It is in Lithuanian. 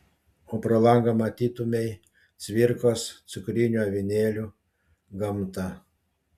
o pro langą matytumei cvirkos cukrinių avinėlių gamtą